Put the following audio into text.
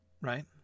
right